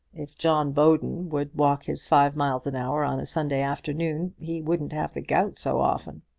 if john bowden would walk his five miles an hour on a sunday afternoon he wouldn't have the gout so often.